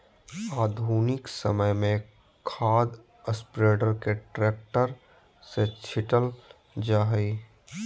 आधुनिक समय में खाद स्प्रेडर के ट्रैक्टर से छिटल जा हई